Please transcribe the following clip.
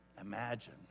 imagine